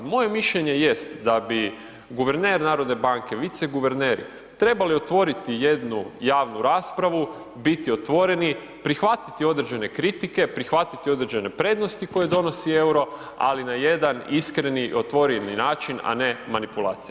Moje mišljenje jest da bi guverner narodne banke, viceguverneri trebali otvoriti jednu javnu raspravu, biti otvoreni, prihvatiti određene kritike, prihvatiti određene prednosti koje donosi EUR-o ali na jedan iskreni otvoreni način, a ne manipulacijama.